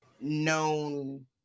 known